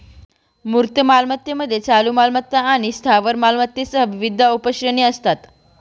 मूर्त मालमत्तेमध्ये चालू मालमत्ता आणि स्थावर मालमत्तेसह विविध उपश्रेणी असतात